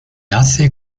hace